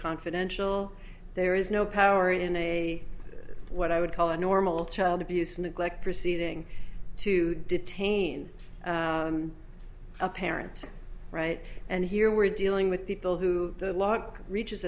confidential there is no power in a what i would call a normal child abuse neglect proceeding to detain a parent right and here we're dealing with people who the lock reaches